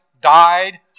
died